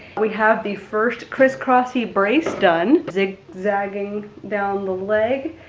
we have the first criss-crossy braced done, zigzagging down the leg.